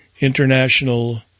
international